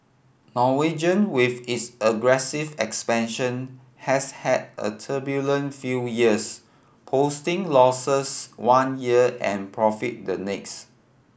Norwegian with its aggressive expansion has had a turbulent few years posting losses one year and profit the next